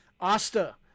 Asta